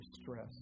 stress